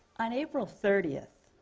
on april thirty,